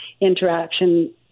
interaction